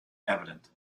evident